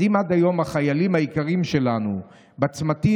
אז אם עד היום החיילים היקרים שלנו בצמתים